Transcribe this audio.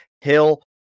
Hill